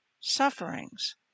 sufferings